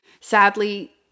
Sadly